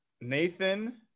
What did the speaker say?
Nathan